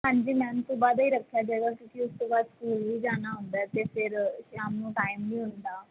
ਹਾਂਜੀ ਮੈਮ ਉਸ ਤੋਂ ਬਾਅਦ ਹੀ ਰੱਖਿਆ ਜਾਏਗਾ ਕਿਉਂਕਿ ਉਸ ਤੋਂ ਬਾਅਦ ਸਕੂਲ ਵੀ ਜਾਣਾ ਹੁੰਦਾ ਅਤੇ ਫੇਰ ਸ਼ਾਮ ਨੂੰ ਟਾਈਮ ਨਹੀਂ ਹੁੰਦਾ